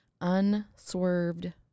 unswerved